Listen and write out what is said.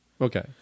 Okay